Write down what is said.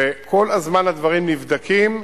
וכל הזמן הדברים נבדקים.